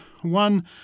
one